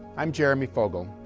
i'm jeremy fogel.